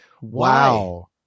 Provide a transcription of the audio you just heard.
Wow